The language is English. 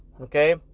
okay